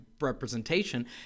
representation